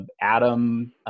Adam